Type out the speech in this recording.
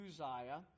Uzziah